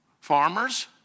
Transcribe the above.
farmers